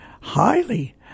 highly